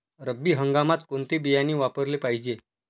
रब्बी हंगामात कोणते बियाणे वापरले पाहिजे?